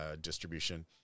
distribution